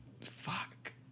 Fuck